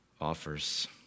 offers